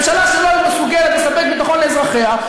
ממשלה שלא מסוגלת לספק ביטחון לאזרחיה,